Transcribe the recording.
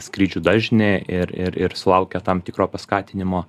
skrydžių dažnį ir ir ir sulaukia tam tikro paskatinimo